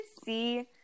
see –